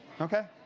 Okay